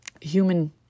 human